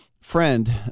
friend